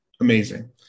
amazing